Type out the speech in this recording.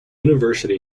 university